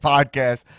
Podcast